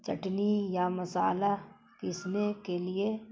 چٹنی یا مسالحہ پیسنے کے لیے